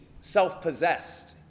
self-possessed